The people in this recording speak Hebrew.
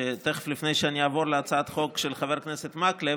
לפני שאני אעבור תכף להצעת החוק של חבר הכנסת מקלב,